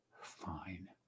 fine